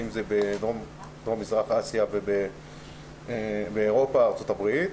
אם זה בדרום מזרח אסיה ואם באירופה ובארצות הברית.